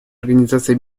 организации